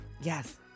Yes